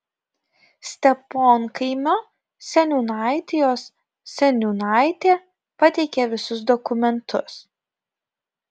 steponkaimio seniūnaitijos seniūnaitė pateikė visus dokumentus